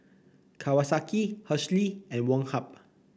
Kawasaki Hershely and Woh Hup